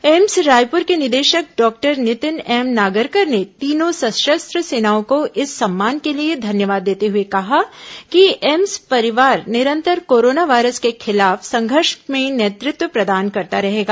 AIIMS Raipur के निदेशक doctor Nitin M Nagarkar ने तीनों सशस्त्र सेनाओं को इस सम्मान के लिए धन्यवाद देते हुए कहा कि एम्स परिवार निरंतर कोरोना वायरस के खिलाफ संघर्ष में नेतृत्व प्रदान करता रहेगा